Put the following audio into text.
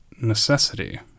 necessity